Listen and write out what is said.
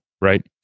right